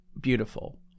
beautiful